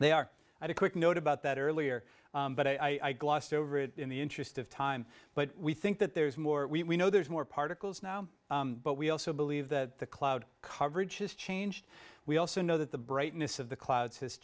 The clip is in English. they are at a quick note about that earlier but i glossed over it in the interest of time but we think that there is more we know there's more particles now but we also believe that the cloud coverage has changed we also know that the brightness of the clouds has